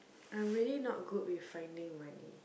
I'm really not good with finding money